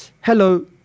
hello